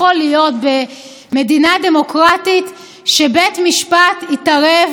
דמוקרטית שבית משפט יתערב בעיצוב החוקה?